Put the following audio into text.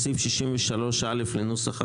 בסעיף 63א לנוסח החוק,